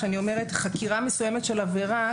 כשאני אומרת חקירה מסוימת של עבירה,